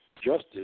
Justice